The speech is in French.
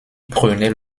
prenait